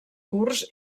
curts